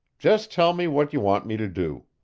just tell me what you want me to do.